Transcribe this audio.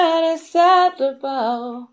Unacceptable